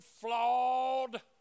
flawed